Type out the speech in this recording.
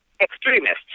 extremists